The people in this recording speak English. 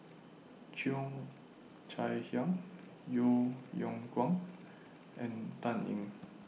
Cheo Chai Hiang Yeo Yeow Kwang and Dan Ying